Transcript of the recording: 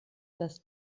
dass